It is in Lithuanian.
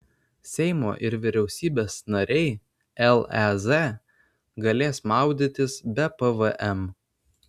seimo ir vyriausybės nariai lez galės maudytis be pvm